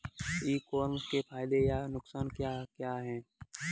ई commerce के फायदे या नुकसान क्या क्या हैं?